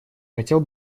хотел